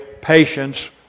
patience